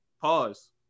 pause